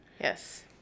Yes